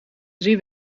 drie